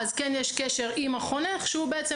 אז אכן יש קשר עם החונך שהוא בעצם